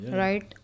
right